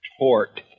Tort